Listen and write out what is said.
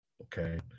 Okay